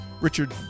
Richard